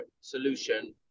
solution